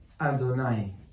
Adonai